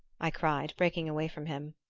i cried breaking away from him.